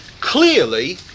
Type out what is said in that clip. clearly